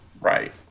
Right